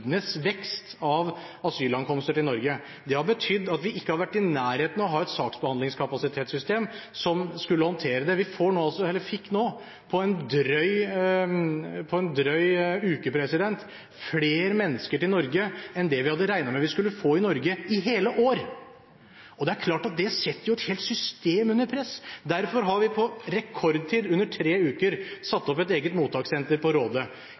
tidenes vekst i asylankomster til Norge. Det har betydd at vi ikke har vært i nærheten av å ha et saksbehandlingskapasitetssystem som kunne håndtere det. Vi fikk nå, på en drøy måned, flere mennesker til Norge enn det vi hadde regnet med vi skulle få i hele år. Det er klart at det setter et helt system under press. Derfor har vi på rekordtid, på under tre uker, satt opp et eget mottakssenter i Råde, en helt ny måte å håndtere asylsøknader effektivt på